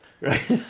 right